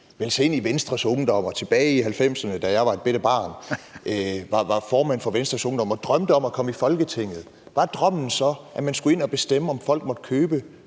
sig ind i Venstres Ungdom, og dengang han tilbage i 1990'erne, da jeg var et bette barn, var formand for Venstres Ungdom og drømte om at komme i Folketinget, var drømmen så, at man skulle ind og bestemme, om folk måtte købe